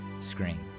screen